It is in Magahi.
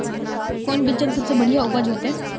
कौन बिचन सबसे बढ़िया उपज होते?